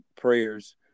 prayers